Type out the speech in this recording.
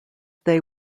they